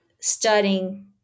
studying